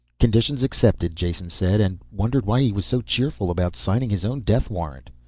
conditions accepted, jason said. and wondered why he was so cheerful about signing his own death warrant.